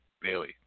Bailey